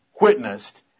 witnessed